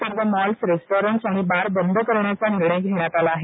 सर्व malls restaurants bar बंद करण्याचा निर्णय घेण्यात आला आहे